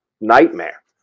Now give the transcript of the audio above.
nightmare